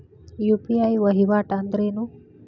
UPI ವಹಿವಾಟ್ ಅಂದ್ರೇನು?